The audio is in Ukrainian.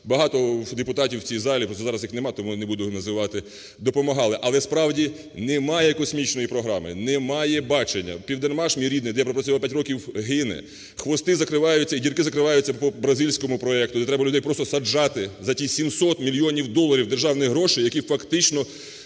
багато депутатів в цій залі, просто зараз їх нема, тому я не буду їх називати, допомагали. Але, справді, немає космічної програми, немає бачення. "Південмаш" мій рідний, де я пропрацював 5 років, гине. "Хвости" закриваються і "дірки" закриваються по бразильському проекту, де треба людей просто саджати за ті 700 мільйонів доларів державних грошей, які фактично